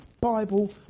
Bible